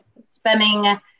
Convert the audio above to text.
spending